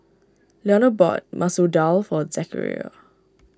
Leonor bought Masoor Dal for Zechariah